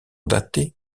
datée